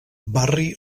barri